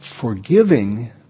forgiving